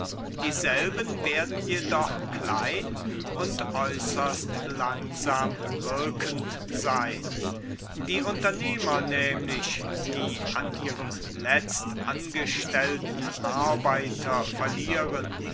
dieselben werden jedoch klein und äußerst langsam wirkend sein die unternehmer nämlich die an ihrem letztangestellton arbeiter verlieren